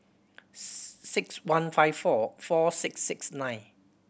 six one five four four six six nine